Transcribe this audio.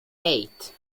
eight